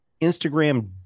Instagram